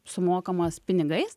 sumokamas pinigais